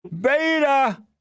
beta